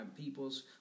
peoples